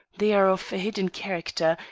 they are of a hidden character,